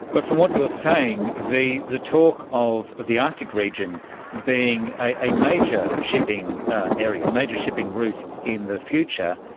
but from what you're saying, the the talk of the arctic region being a major shipping area, a major shipping route in the future,